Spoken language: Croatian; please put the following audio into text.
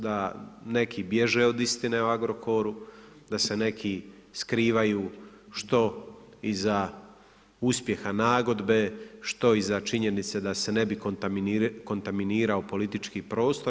Da neki bježe od istine o Agrokoru, da se neki skrivaju što iza uspjeha nagodbe, što iza činjenice da se ne bi kontaminirao politički prostor.